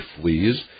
fleas